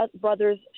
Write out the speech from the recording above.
brothers